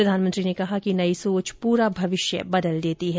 प्रधानमंत्री ने कहा कि नई सोच पूरा भविष्य बदल देती है